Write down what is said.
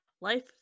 Life